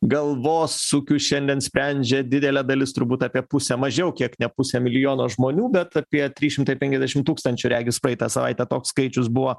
galvosūkių šiandien sprendžia didelė dalis turbūt apie pusė mažiau kiek ne pusė milijono žmonių bet apie trys šimtai penkiasdešim tūkstančių regis praeitą savaitę toks skaičius buvo